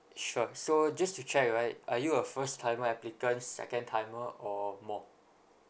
sure so just to check right are you a first timer applicant second timer or more